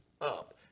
up